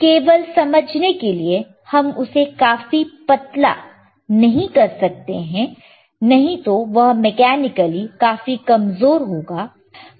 केवल समझने के लिए हम उसे काफी पतला नहीं कर सकते नहीं तो वह मेकैनिकली काफी कमजोर होगा